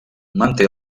manté